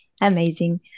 Amazing